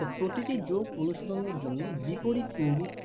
তা প্রতিটি যোগ অনুশীলনের জন্য বিপরীত ইঙ্গিত